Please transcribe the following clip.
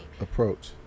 approach